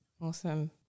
Awesome